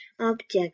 object